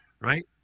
Right